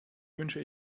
wünsche